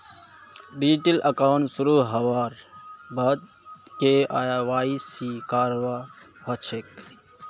digital account शुरू हबार बाद के.वाई.सी करवा ह छेक